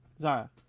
Zara